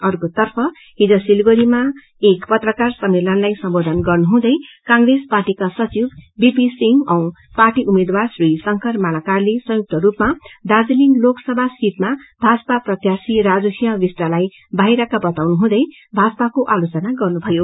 अर्कोतर्फ हिज सिलगड़ीमा एक पत्रकार सम्मेलनलाई सम्बोधन गर्नुहुँदै कंग्रेस पार्टीका सचिव बीपी सिंह औ पार्टी उम्मेद्वार श्री शंकर मालाकारले संयुक्त रूपमा दार्जीलिङ लोकसभा सीटमा भाजपा प्रत्याशी राजुसिंह विष्टलाई बाहिरका बताउनुहुँदै भाजपाको आलोचना गर्नुभयो